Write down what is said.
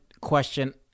question